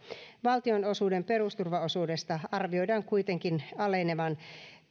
valtion osuuden perusturvaosuudesta arvioidaan kuitenkin alenevan